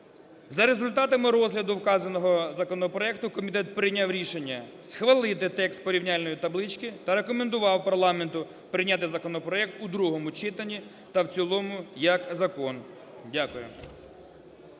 За результатами розгляду вказаного законопроекту комітет прийняв рішення схвалити текст порівняльної таблички та рекомендував парламенту прийняти законопроект у другому читанні та в цілому як закон. Дякую.